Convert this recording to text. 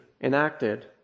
enacted